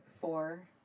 four